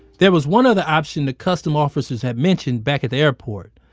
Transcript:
there was one of the options the custom officers had mentioned back at the airport.